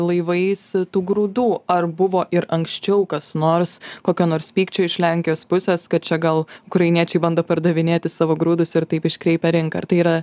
laivais tų grūdų ar buvo ir anksčiau kas nors kokio nors pykčio iš lenkijos pusės kad čia gal ukrainiečiai bando pardavinėti savo grūdus ir taip iškreipia rinką ar tai yra